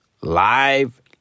live